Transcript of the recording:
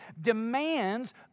demands